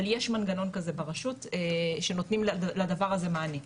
אבל יש מנגנון כזה ברשות שנותנים לדבר הזה מענה.